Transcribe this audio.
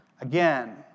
again